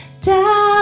down